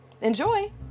enjoy